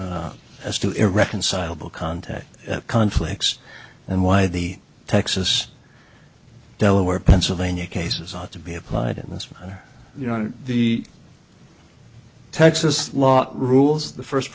as to irreconcilable contact conflicts and why the texas delaware pennsylvania cases ought to be applied in this way you know the texas law rules the first